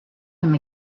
him